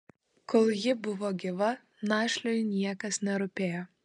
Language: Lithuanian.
kol ji buvo gyva našliui niekas nerūpėjo